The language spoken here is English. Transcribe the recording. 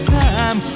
time